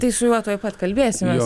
tai su juo tuoj pat kalbėsimės